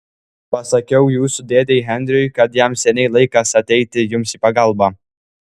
pasakiau jūsų dėdei henriui kad jam seniai laikas ateiti jums į pagalbą